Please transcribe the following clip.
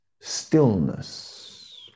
stillness